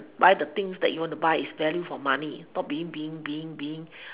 buy the things that you want to buy it's value for money not being being being being